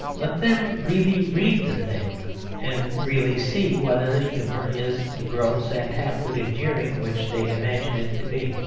let them really read the thing and really see whether the humour is the gross and half-witted jeering which they imagine it to be.